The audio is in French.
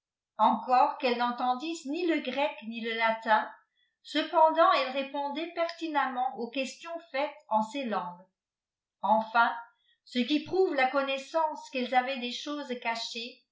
encore qu'elles n'entendissent ni le grec ni le latin cependant elles répondaient pertinemment aux questions faites en ces langues enfin ce qui prouve la connaissance qu'elles avaient des choses cachées